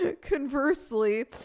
conversely